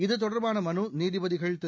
இதுதொடர்பாள மனு நீதிபதிகள் திரு